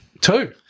Two